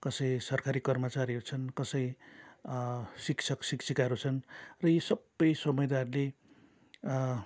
कसै सरकारी कर्मचारीहरू छन् कसै शिक्षक शिक्षिकाहरू छन् र यी सबै समुदायहरूले